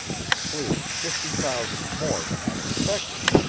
and cleared fifty thousand more than i'd expected.